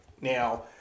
Now